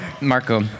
Marco